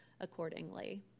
accordingly